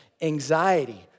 anxiety